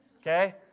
Okay